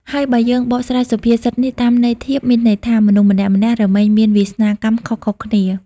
ហើយបើយើងបកស្រាយសុភាសិតនេះតាមន័យធៀប មានន័យថា មនុស្សម្នាក់ៗរមែងមានវាសនាកម្មខុសៗគ្នា ។